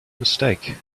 mistake